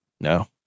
No